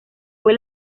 fue